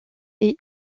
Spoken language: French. est